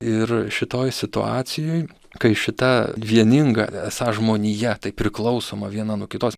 ir šitoj situacijoj kai šita vieninga esą žmonija taip priklausoma viena nuo kitos